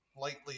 lightly